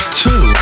two